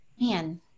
man